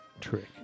trick